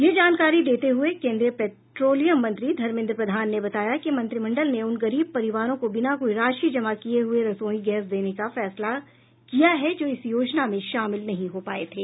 यह जानकारी देते हुए केन्द्रीय पेट्रोलियम मंत्री धर्मेन्द्र प्रधान ने बताया कि मंत्रिमंडल ने उन गरीब परिवारों को बिना कोई राशि जमा किये हुए रसोई गैस देने का फैसला किया है जो इस योजना में शामिल नहीं हो पाये थे